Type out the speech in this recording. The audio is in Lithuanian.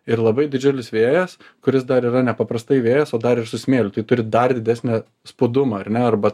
ir labai didžiulis vėjas kuris dar yra nepaprastai vėjas o dar ir su smėliu tai turi dar didesnį spūdumą ar ne arba